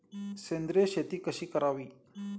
सेंद्रिय शेती कशी करावी?